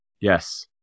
Yes